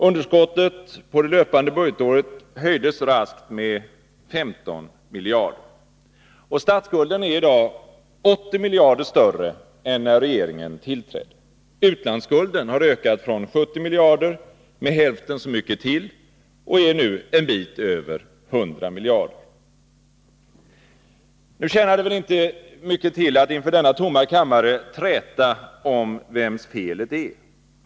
Underskottet på det löpande budgetåret höjdes raskt med 15 miljarder, och statsskulden är i dag 80 miljarder större än när regeringen tillträdde. Utlandsskulden har ökat från 70 miljarder med hälften så mycket till och är nu en bit över 100 miljarder. Det tjänar väl inte mycket till att inför denna tomma kammare träta om vems felet är.